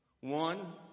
One